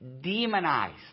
demonized